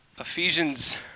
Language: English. Ephesians